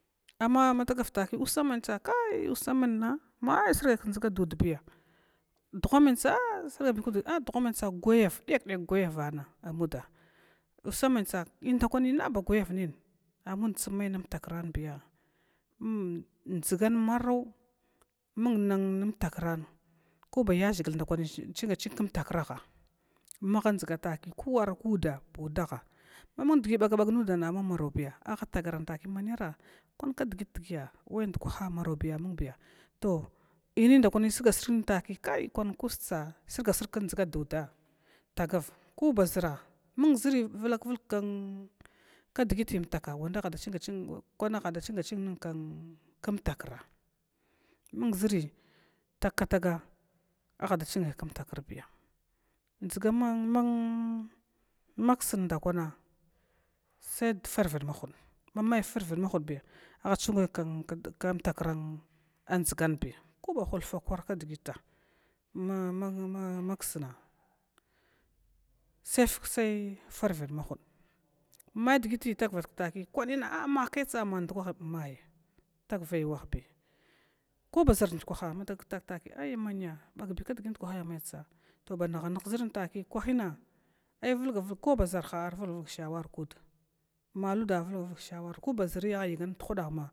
Amma matagavtaki kai usa mantsa usamanna mai srgai kdʒga dudbiya, dughwa mantsa sarga kdʒa a gayau dakdak gwayavana amud a usamaits inda kwani na ba gavayavnin amuda, tsm mainm takraabiya nn dʒan marau mung nmatakran koba yaʒhiglandkwi chinga ching km takraha, maha dʒgataki kuwarbudaha mamung dgi bagabag nudana mamarobiya aha tagara taki manara kwan kdgiti dyiya wa ndukwah wa marobiya, to innin ndaku srga srgnin tiki kwah kustsa srga srgini kdʒga dudan tagav kuba zara mung ʒri vulak vulg kn kdgiti umtaka kwaha da chinga ching nn kmtakra, mgʒri takataga aha da chingai kmtakrbiya, dʒga ma man maksn ndakwana said karvid mahuda mamai farvid mahudbiya aha chinguy km takran n aʒganbiya kaba ghufa kwar kdgita ma maksna, sai farvid mahud may dgiti tagva taki kwanina ma kaitsa ma ndukwah maya mathai wahbi ko ba ʒrgyikwah aiman bagbi kdgi ndukwah, ko mantsa banaha nhagn kʒrn ar vlgavlg ksha war kud maluda vulg vulg kshawal kud.